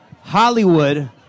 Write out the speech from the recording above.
Hollywood